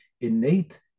innate